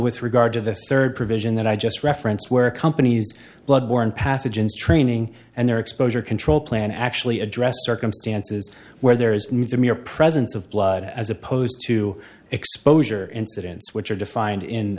with regard to the third provision that i just referenced where companies blood borne pathogens training and their exposure control plan actually address circumstances where there is me the mere presence of blood as opposed to exposure incidents which are defined in